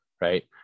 right